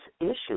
issues